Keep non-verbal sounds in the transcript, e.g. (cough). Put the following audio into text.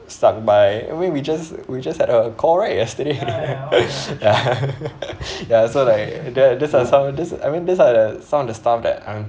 stuck by I mean we just we just had a call right yesterday (laughs) ya (laughs) ya so like they're these are some this I mean these are the some of the stuff that I'm